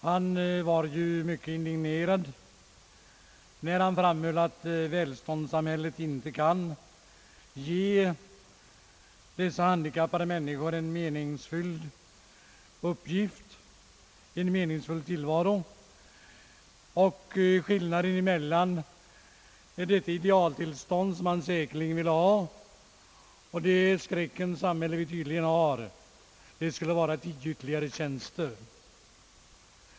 Han var ju mycket indignerad när han framhöll att välståndssamhället inte kan ge handikappade människor en meningsfull tillvaro, och skillnaden mellan det idealtillstånd som han säkerligen vill ha och det skräckens samhälle vi tydligen har skulle vara ytterligare tio tjänster.